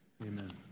amen